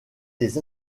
des